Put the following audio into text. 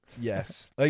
yes